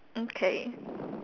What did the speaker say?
mm K